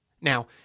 Now